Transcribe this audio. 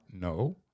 no